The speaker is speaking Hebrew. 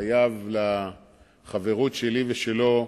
חייב לחברות שלי ושלו,